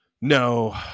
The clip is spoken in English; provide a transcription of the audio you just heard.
no